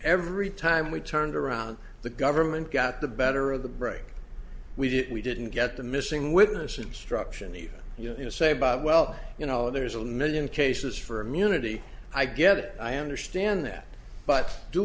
every time we turned around the government got the better of the brain we did we didn't get the missing witness instruction you know say bob well you know there's a million cases for immunity i get it i understand that but due